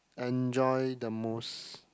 enjoy the most